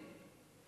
וקונסרבטיבים.